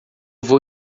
vou